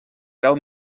grau